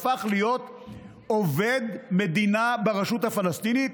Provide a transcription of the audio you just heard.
הפך להיות עובד מדינה ברשות הפלסטינית.